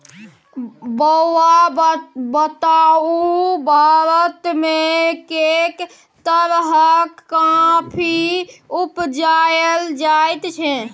बौआ बताउ भारतमे कैक तरहक कॉफी उपजाएल जाइत छै?